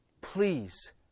please